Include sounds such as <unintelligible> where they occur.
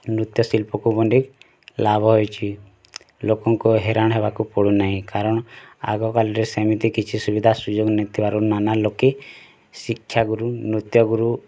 ନୃତ୍ୟ ଶିଲ୍ପକୁ ଅନେକ୍ ଲାଭ୍ ହେଉଛି ଲୋକଙ୍କୁ ହେରାଣ ହେବାକୁ ପଡ଼ୁନାହିଁ କାରଣ୍ ଆଗ କାଲରେ ସେମିତି କିଛି ସୁବିଧା ସୁଯୋଗ <unintelligible> ଲୋକେ ଶିକ୍ଷା ଗୁରୁ ନୃତ୍ୟ ଗୁରୁ